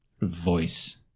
voice